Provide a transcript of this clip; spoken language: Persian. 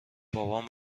بابام